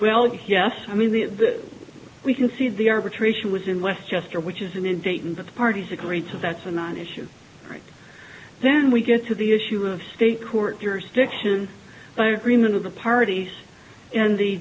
well yes i mean the we can see the arbitration was in westchester which isn't in dayton but the parties agreed to that's a non issue right then we get to the issue of state court jurisdiction by agreement of the parties and the